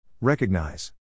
Recognize